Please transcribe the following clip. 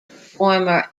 performer